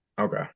Okay